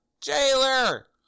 jailer